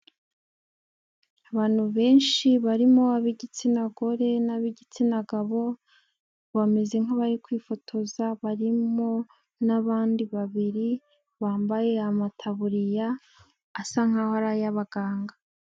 Abantu benshi barimo ab'igitsina gore n'ab'igitsina gabo bameze nk'abari kwifotoza barimo n'abandi babiri bambaye amataburiya asa nkaho ari aya abaganga.